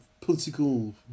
political